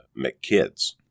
McKids